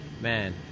Man